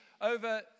over